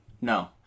No